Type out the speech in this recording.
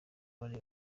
bureba